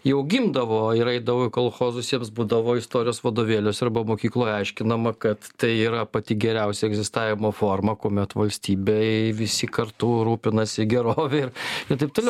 jau gimdavo ir eidavo į kolchozus jiems būdavo istorijos vadovėliuose arba mokykloj aiškinama kad tai yra pati geriausia egzistavimo forma kuomet valstybėj visi kartu rūpinasi gerove ir ir taip toliau